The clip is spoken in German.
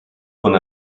von